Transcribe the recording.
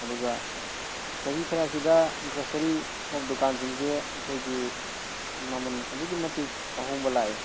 ꯑꯗꯨꯒ ꯆꯍꯤ ꯈꯔꯁꯤꯗ ꯒ꯭ꯔꯣꯁꯔꯤ ꯁꯣꯞ ꯗꯨꯀꯥꯟꯁꯤꯡꯁꯦ ꯑꯩꯈꯣꯏꯒꯤ ꯃꯃꯟ ꯑꯗꯨꯛꯀꯤ ꯃꯇꯤꯛ ꯑꯍꯣꯡꯕ ꯂꯥꯛꯑꯦ